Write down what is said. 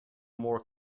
more